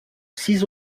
six